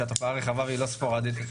שהתופעה רחבה והיא לא ספורדית,